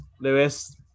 Lewis